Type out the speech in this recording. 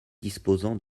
disposant